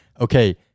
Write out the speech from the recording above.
okay